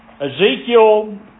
Ezekiel